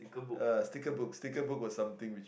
uh sticker books sticker book was something which